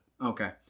Okay